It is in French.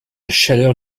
chaleur